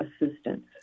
assistance